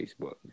Facebook